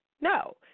No